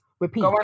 Repeat